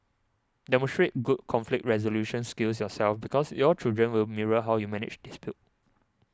demonstrate good conflict resolution skills yourself because your children will mirror how you manage dispute